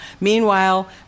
Meanwhile